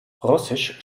russisch